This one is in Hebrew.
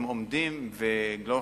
הם עומדים בזה,